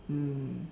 mm